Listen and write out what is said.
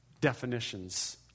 definitions